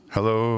Hello